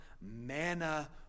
manna